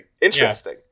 Interesting